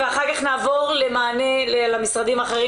אחר כך נעבור למשרדים אחרים,